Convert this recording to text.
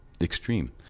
Extreme